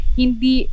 hindi